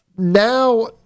Now